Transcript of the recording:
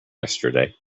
yesterday